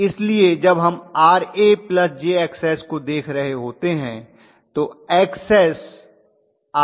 इसलिए जब हम Ra jXs को देख रहे होते हैं तो Xs